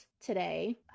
today